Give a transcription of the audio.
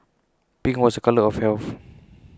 pink was A colour of health